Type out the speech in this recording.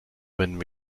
when